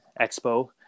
expo